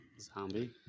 Zombie